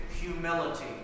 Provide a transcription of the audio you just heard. humility